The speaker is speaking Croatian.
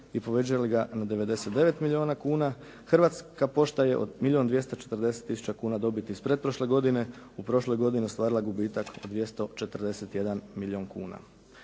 i povećali ga na 99 milijuna kuna Hrvatska pošta je od milijun 240 kuna dobiti iz pretprošle godine u prošloj godini ostvarila gubitak od 241 milijun kuna.